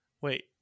Wait